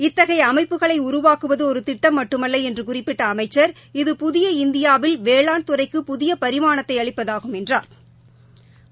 இத்தகைய அமைப்புகளை உருவாக்குவது ஒரு திட்டம் மட்டுமல்ல என்று குறிப்பிட்ட அமைச்சா் இது புதிய இந்தியாவில் வேளாண் துறைக்கு புதிய பரிமாணத்தை அளிப்பதாகும் என்றாா்